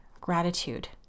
gratitude